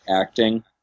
acting